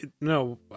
no